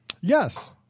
Yes